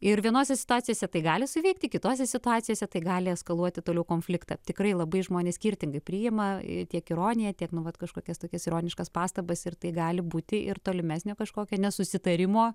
ir vienose situacijose tai gali suveikti kitose situacijose tai gali eskaluoti toliau konfliktą tikrai labai žmonės skirtingai priima tiek ironiją tiek nu vat kažkokias tokias ironiškas pastabas ir tai gali būti ir tolimesnė kažkokia nesusitarimo